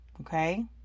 okay